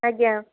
ଆଜ୍ଞା